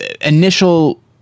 initial